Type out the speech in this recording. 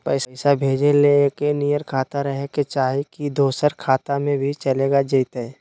पैसा भेजे ले एके नियर खाता रहे के चाही की दोसर खाता में भी चलेगा जयते?